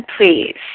please